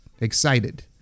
Excited